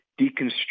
deconstruct